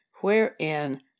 wherein